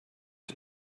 her